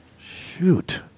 Shoot